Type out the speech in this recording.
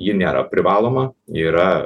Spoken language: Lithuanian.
ji nėra privaloma yra